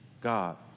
God